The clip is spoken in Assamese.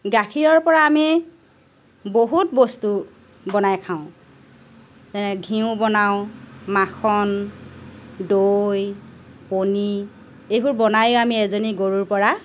গাখীৰৰ পৰা আমি বহুত বস্তু বনাই খাওঁ যেনে ঘিউ বনাওঁ মাখন দৈ পনীৰ এইবোৰ বনাই আমি এজনী গৰুৰ পৰা